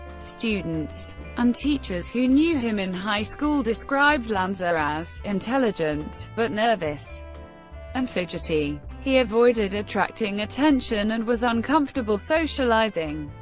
students and teachers who knew him in high school described lanza as intelligent, but nervous and fidgety. he avoided attracting attention and was uncomfortable socializing.